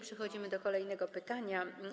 Przechodzimy do kolejnego pytania.